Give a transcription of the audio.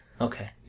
Okay